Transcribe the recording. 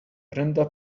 brenda